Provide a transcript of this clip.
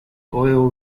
oil